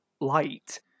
light